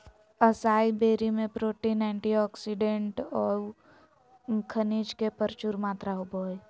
असाई बेरी में protein, antioxidant औऊ खनिज के प्रचुर मात्रा होबो हइ